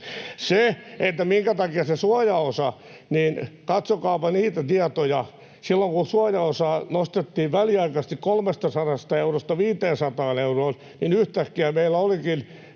palkkaa. Minkä takia on se suojaosa, niin katsokaapa niitä tietoja: silloin kun suojaosaa nostettiin väliaikaisesti 300 eurosta 500 euroon, niin yhtäkkiä meillä olikin